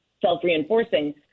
self-reinforcing